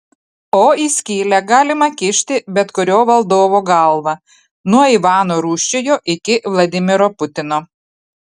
o į skylę galima kišti bet kurio valdovo galvą nuo ivano rūsčiojo iki vladimiro putino